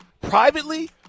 Privately